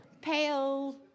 pale